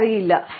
എനിക്കറിയില്ല